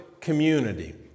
community